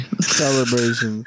Celebration